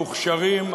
המוכשרים,